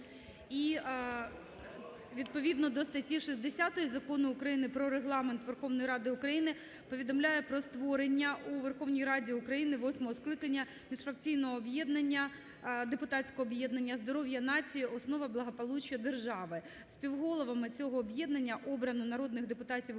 І відповідно до статті 60 Закону України "Про Регламент Верховної Ради України" повідомляємо про створення у Верховній Раді України восьмого скликання міжфракційного об'єднання, депутатського об'єднання "Здоров'я нації – основа благополуччя держави". Співголовами цього об'єднання обрано народних депутатів України